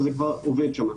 וזה כבר עובד שם.